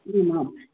आमाम्